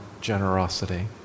generosity